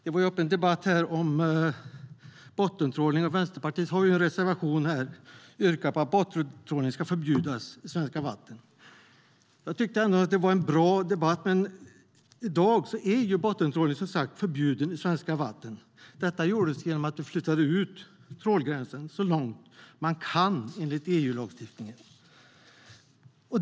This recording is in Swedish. Det har varit en debatt om bottentrålning. Vänsterpartiet har i en reservation yrkat på att bottentrålning ska förbjudas i svenska vatten. Jag tyckte att det var en bra debatt. Men i dag är bottentrålning förbjuden i svenska vatten. Det förbjöds genom att vi flyttade trålgränsen så långt ut man kan enligt EU-lagstiftningen.